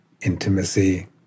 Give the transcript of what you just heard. Intimacy